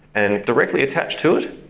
and directly attached to it,